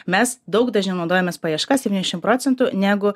mes daug dažniau naudojamės paieška septyndešim procentų negu